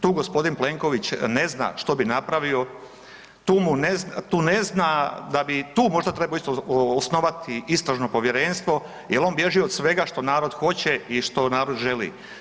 Tu gospodin Plenković ne zna što bi napravio, tu mu ne zna, tu ne zna da bi tu možda trebao isto osnovati istražno povjerenstvo jel on bježi od svega što narod hoće i što narod želi.